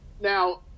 now